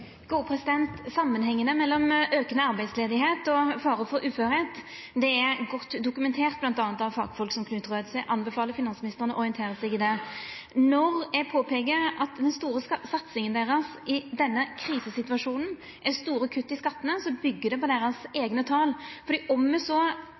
mellom aukande arbeidsløyse og faren for å verta ufør er godt dokumentert m.a. av fagfolk som Knut Røed, så eg anbefaler finansministeren å orientera seg i det. Når eg påpeiker at den store satsinga dykkar i denne krisesituasjonen er store kutt i skattane, byggjer det på